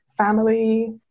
Family